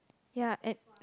ya and